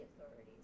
authorities